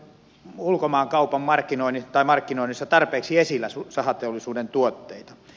pidetäänkö ulkomaankaupan markkinoinnissa tarpeeksi esillä sahateollisuuden tuotteita